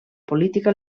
política